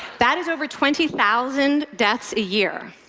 that is over twenty thousand deaths a year.